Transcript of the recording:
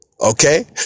Okay